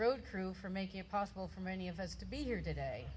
road crew for making it possible for many of us to be here today